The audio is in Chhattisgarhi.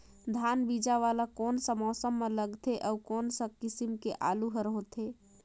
धान बीजा वाला कोन सा मौसम म लगथे अउ कोन सा किसम के आलू हर होथे?